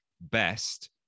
best